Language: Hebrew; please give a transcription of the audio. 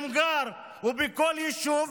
במע'אר ובכל יישוב,